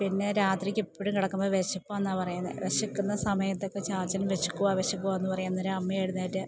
പിന്നെ രാത്രിക്കെപ്പഴും കിടക്കുമ്പോൾ വിശപ്പാന്നാണ് പറയുന്നത് വിശക്കുന്ന സമയത്തൊക്കെ ചാച്ചന് വിശക്കുവ വിശക്കുവ എന്ന് പറയുന്ന നേരം അമ്മ എഴുന്നേറ്റ്